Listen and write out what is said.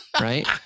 right